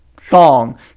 song